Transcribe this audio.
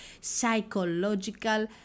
psychological